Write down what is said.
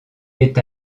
est